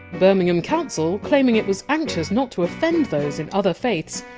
birmingham council, claiming it was anxious not to offend those in other faiths,